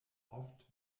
oft